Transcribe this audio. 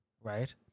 right